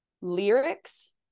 lyrics